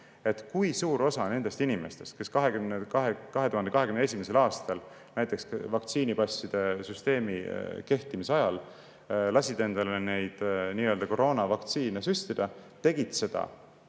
kui suur osa nendest inimestest, kes lasid 2021. aastal näiteks vaktsiinipasside süsteemi kehtimise ajal endale neid nii-öelda koroonavaktsiine süstida, tegid seda